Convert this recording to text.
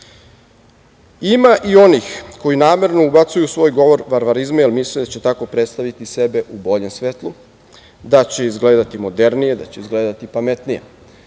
i onih koji namerno ubacuju u svoj govor varvarizme, jer misle da će tako predstaviti sebe u boljem svetlu, da će izgledati modernije, da će izgledati pametnije.